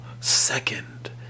second